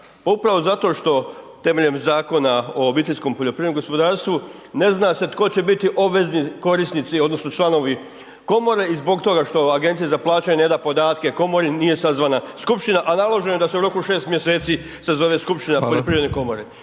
upravo zato što temeljem Zakona o OPG-u ne zna se tko će biti obvezni korisnici odnosno članovi komore i zbog toga što Agencija za plaćanje ne da podatke komori, nije sazvana skupština a naloženo je da se u roku 6 mj. sazove skupština Poljoprivredne komore.